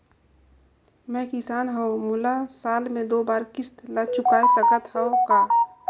मैं किसान हव मोला साल मे दो बार किस्त ल चुकाय सकत हव का?